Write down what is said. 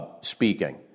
speaking